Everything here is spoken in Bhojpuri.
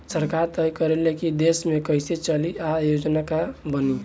सरकार तय करे ले की देश कइसे चली आ योजना का बनी